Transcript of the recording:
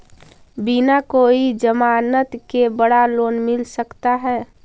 बिना कोई जमानत के बड़ा लोन मिल सकता है?